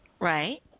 Right